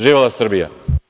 Živela Srbija.